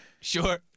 sure